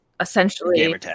essentially